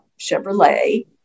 Chevrolet